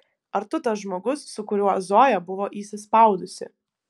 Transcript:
ar tu tas žmogus su kuriuo zoja buvo įsispaudusi